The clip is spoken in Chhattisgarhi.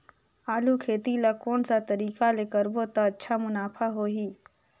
आलू खेती ला कोन सा तरीका ले करबो त अच्छा मुनाफा होही?